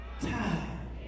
time